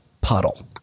puddle